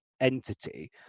entity